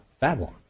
Babylon